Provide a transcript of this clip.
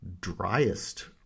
driest